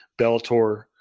Bellator